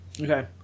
Okay